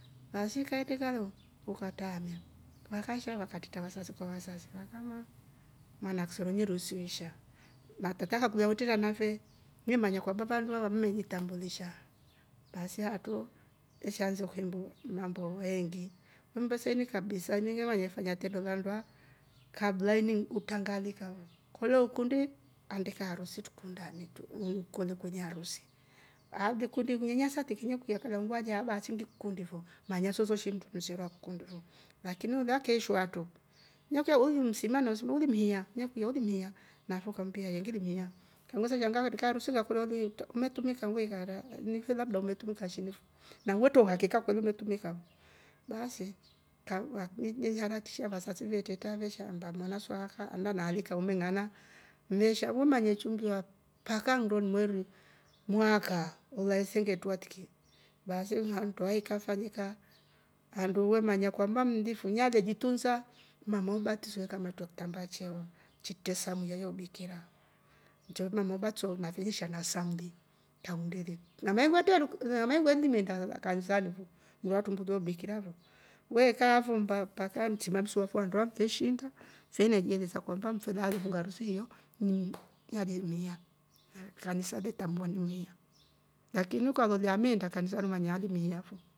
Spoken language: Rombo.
Basi kaetekalo ukataame vakasha vakateta wasiwasi kwa wazazi nakama mwana akswere veru wesuwesha na tataha kulautile nave nimanya kwa vavandu we wamili tambulisha basi atoo esha anza kuhembu mambo weengi, kumbe saili kabisa nyewanya wayafanya tendo landuwa kabla ini utangalika woo kuuyo ukundi ande karusi tukunda metu umkole kwenye harusi auje kundi vinywa sate kinukwia kalangwa jaba sindi kundi vo manya zozoshi mtu kushera kundivo. lakini ulakeishwa watu wake uumzima na uzima ulimhia naukudia mhia navo kambia he ngilimia kiwoze zashanga akatokea harusi rakurorie to metumika ngwii hara ni kulabda umetumika shinifo na uweto uhakika kwani umetumika vo basi kauwa bikibiharati shava sasuve teta veshamba mwana swaka amanaalika umengana mesha umanya njechumbia mpaka ndo mwelu mwaka ulaisege twatikie basi ulia ntwahi kafanyika andu we manya kwamba mngifu jajejitunza mamwa batiza kamatwa tambachao chitesa myayo bikira njobu muba choulu nafili shanga samdi kamdele. nana vaitwa tweruku ra mai wejumeenda wakansalifo ni watu ndulo bikira vo. wekavo mba pakanchi namswaswa ndwa keshinda fene jieleza kwamba mfila ngila sio ni marie mmhia. ehh kanisale tambua ni mhia lakini ukalolia meenda kanisa rujamaru mmehia fo